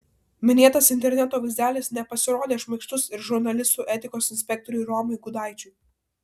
minėtas interneto vaizdelis nepasirodė šmaikštus ir žurnalistų etikos inspektoriui romui gudaičiui